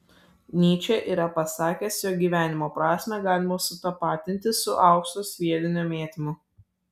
nyčė yra pasakęs jog gyvenimo prasmę galima sutapatinti su aukso sviedinio mėtymu